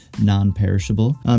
non-perishable